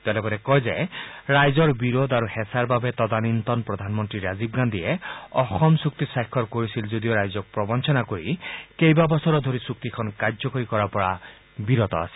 তেওঁ লগতে কয় যে ৰাইজৰ বিৰোধ আৰু হেঁচাৰ বাবে তদানীন্তন প্ৰধানমন্তী ৰাজীৱ গান্ধীয়ে অসম চুক্তি স্বাক্ষৰ কৰিছিল যদিও ৰাইজক প্ৰবঞ্ণনা কৰি কেইবাবছৰো ধৰি চূক্তিখন কাৰ্যকৰী কৰাৰ পৰা বিৰত আছিল